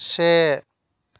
से